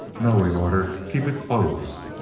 no, he ordered keep it closed.